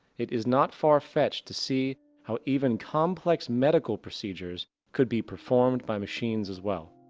it is not far fetch to see how even complex medical procedures could be performed by machines as well.